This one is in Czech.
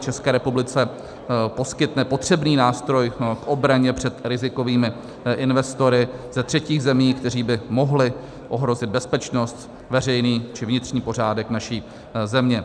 České republice poskytne potřebný nástroj k obraně před rizikovými investory ze třetích zemí, kteří by mohli ohrozit bezpečnost, veřejný či vnitřní pořádek naší země.